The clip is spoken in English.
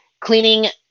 cleaning